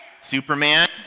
Superman